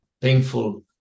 painful